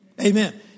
Amen